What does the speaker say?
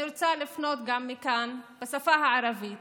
אני רוצה לפנות גם מכאן בשפה הערבית